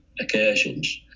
occasions